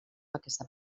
aquesta